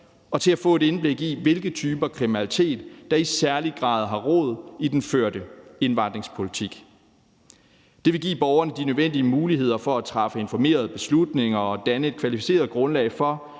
og til at få et indblik i, hvilke typer kriminalitet der i særlig grad har rod i den førte indvandringspolitik. Det vil give borgerne de nødvendige muligheder for at træffe informerede beslutninger og danne et kvalificeret grundlag for,